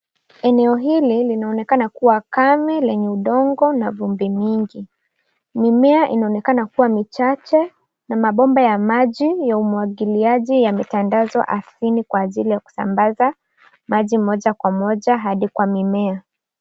Eneo hili linaonekana kuwa kami lenye udongo na vumbi mingi mimea inaonekana kuwa michache na mabomba ya maji ya umwagiliaji yametandazwa ardhini kwa ajili ya kusambaza maji moja kwa moja hadi kwa mimea.